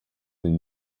den